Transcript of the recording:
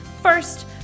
first